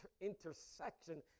intersection